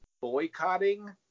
boycotting